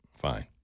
Fine